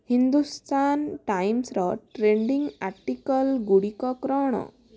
ହିନ୍ଦୁସ୍ତାନ୍ ଟାଇମ୍ସ୍ର trending article ଗୁଡ଼ିକ କ'ଣ